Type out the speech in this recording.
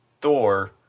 Thor